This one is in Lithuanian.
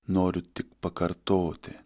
noriu tik pakartoti